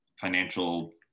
financial